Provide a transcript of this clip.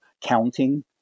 counting